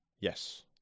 Yes